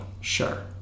sure